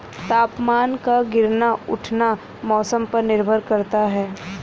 तापमान का गिरना उठना मौसम पर निर्भर करता है